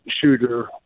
shooter